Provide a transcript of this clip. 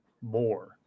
more